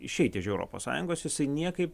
išeiti iš europos sąjungos jisai niekaip